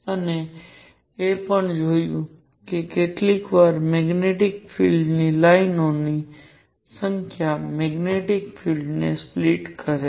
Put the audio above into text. અને એ પણ જોયું કે કેટલીક વાર મેગ્નેટિક ફીલ્ડ ની લાઇનો ની સંખ્યા મેગ્નેટિક ફીલ્ડ ને સ્પ્લીટ કરે છે